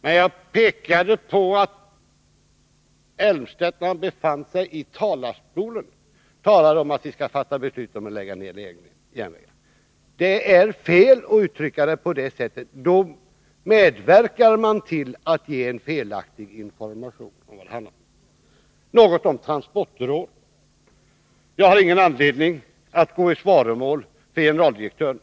Men jag pekade på att Claes Elmstedt, när han befann sig talarstolen, sade att vi skall fatta beslut om att lägga ned järnvägar. Det är fel att uttrycka sig så. Då medverkar man till att ge en felaktig information om vad det handlar om. Så något om transportrådet. Jag har ingen anledning att gå i svaromål för generaldirektören.